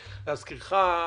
ולהזכירך,